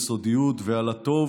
יסודיות ועל הטוב